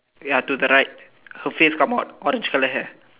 ya to the right her face come out orange color hair